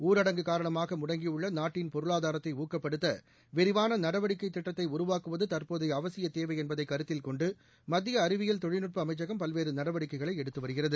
ஊரடங்கு காரணமாக முடங்கியுள்ள நாட்டின் பொருளாதாரத்தை ஊக்கப்படுத்த விரிவான நடவடிக்கை திட்டத்தை உருவாக்குவது தற்போதைய அவசிய தேவை என்பதை கருத்தில்கொண்டு மத்திய அறிவியில் தொழில்நுட்ப அமைச்சகம் பல்வேறு நடவடிக்கைகளை எடுத்து வருகிறது